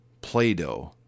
Play-Doh